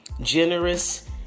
generous